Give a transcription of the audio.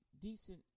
decent